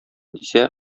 дисә